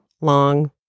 long